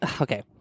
Okay